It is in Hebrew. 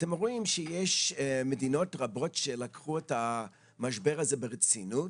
אתם רואים שיש מדינות רבות שלקחו את המשבר הזה ברצינות,